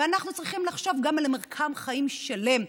ואנחנו צריכים לחשוב גם על מרקם חיים שלם,